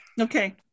Okay